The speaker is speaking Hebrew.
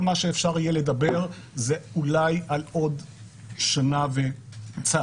כל מה שאפשר יהיה לדבר זה אולי על עוד שנה וקצת.